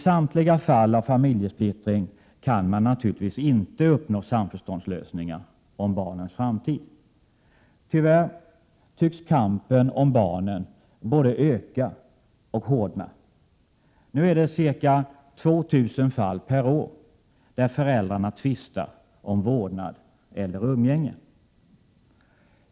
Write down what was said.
Man kan naturligtvis inte i samtliga fall av familjesplittring uppnå samförståndslösningar om barnens framtid. Tyvärr tycks kampen om barnen både öka och hårdna. Nu är det ca 2 000 fall per år där föräldrarna tvistar om vårdnad eller umgänge.